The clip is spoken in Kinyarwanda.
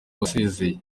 wasezeye